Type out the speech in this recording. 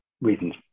reasons